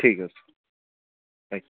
ଠିକ ଅଛି ଆଜ୍ଞା